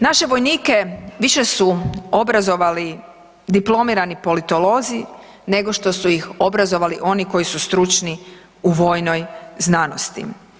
Naše vojnike više su obrazovali diplomirani politolozi nego što su ih obrazovali oni koji su stručni u vojnoj znanosti.